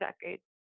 decades